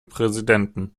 präsidenten